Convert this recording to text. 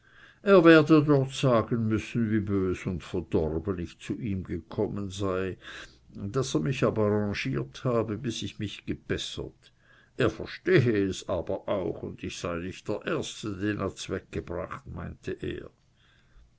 er werde dort sagen müssen wie bös und verdorben ich zu ihm gekommen sei daß er mich aber rangiert habe bis ich mich gebessert er verstehe es aber auch und ich sei nicht der erste den er z'weg gebracht meinte er